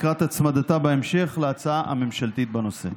לקראת הצמדתה בהמשך להצעה הממשלתית בנושא.